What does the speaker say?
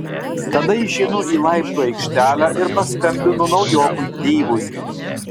tada išeinu į laiptų aikštelę ir paskambinu naujokui deivui